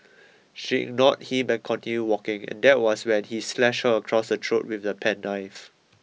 she ignored him and continued walking and there was when he slashed her across the throat with the penknife